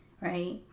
right